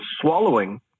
swallowing